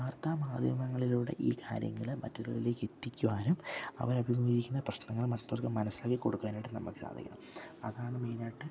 വാർത്താ മാധ്യമങ്ങളിലൂടെ ഈ കാര്യങ്ങൾ മറ്റുള്ളവരിലേക്ക് എത്തിക്കുവാനും അവർ അഭിമുഖീകരിക്കുന്ന പ്രശ്നങ്ങൾ മറ്റുള്ളവർക്ക് മനസ്സിലാക്കി കൊടുക്കാനായിട്ട് നമുക്ക് സാധിക്കണം അതാണ് മെയിനായിട്ട്